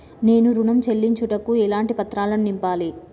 నేను ఋణం చెల్లించుటకు ఎలాంటి పత్రాలను నింపాలి?